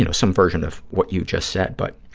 you know some version of what you just said. but